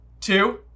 two